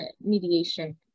mediation